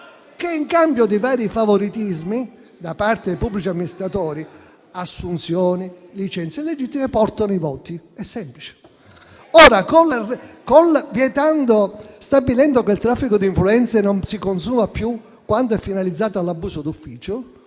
che, in cambio di vari favoritismi da parte dei pubblici amministratori (assunzioni e licenze illegittime), portano i voti: è semplice. Ora, stabilendo che il traffico di influenze non si consuma più quando è finalizzato all'abuso d'ufficio,